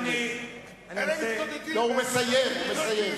אלה מתקוטטים, הוא מסיים.